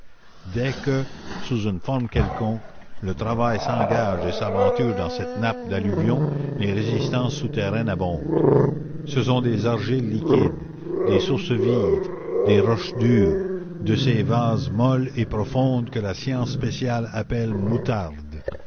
dès que sous une forme quelconque le travail s'engage et s'aventure dans cette nappe d'alluvions les résistances souterraines abondent ce sont des argiles liquides des sources vives des roches dures de ces vases molles et profondes que la science spéciale appelle moutardes